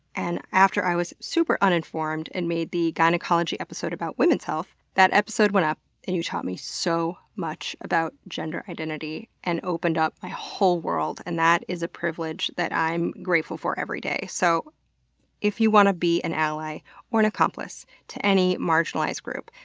and after i was super uninformed and made the gynecology episode about women's health, that episode went up and you taught me so much about gender identity and opened up my whole world. and that is a privilege that i'm grateful for every day. so if you want to be an ally or an accomplice to any marginalized group,